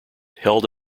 held